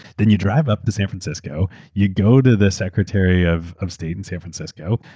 then you drive up to san francisco, you go to the secretary of of state in san francisco,